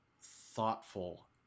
thoughtful